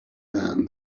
man